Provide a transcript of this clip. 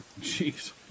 Jeez